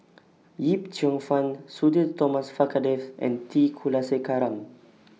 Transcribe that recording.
Yip Cheong Fun Sudhir Thomas Vadaketh and T Kulasekaram